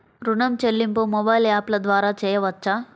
ఋణం చెల్లింపు మొబైల్ యాప్ల ద్వార చేయవచ్చా?